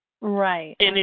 Right